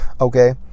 Okay